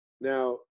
Now